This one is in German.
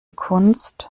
kunst